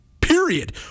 period